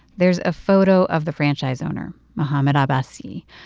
there's a photo of the franchise owner, mohamed abbassi,